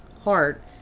heart